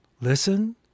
Listen